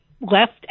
left